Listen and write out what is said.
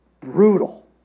Brutal